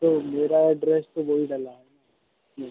तो मेरा एड्रेस तो यहीं डला है ना